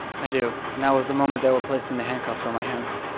i do. and that was the moment they were placing the handcuffs on my hands